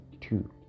two